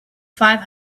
five